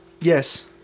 Yes